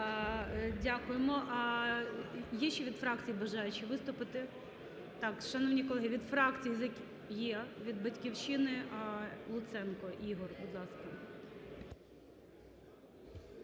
Дякуємо. Є ще від фракції бажаючі виступити? Так, шановні колеги, від фракцій… Є. Від "Батьківщини" Луценко Ігор. Будь ласка.